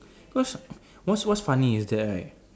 cause what's what's funny is that right